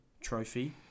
trophy